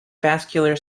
vascular